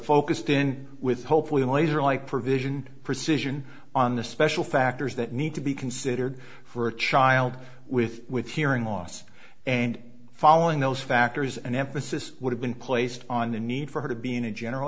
focused in with hopefully laser like provision precision on the special factors that need to be considered for a child with with hearing loss and following those factors an emphasis would have been placed on the need for her to be in a general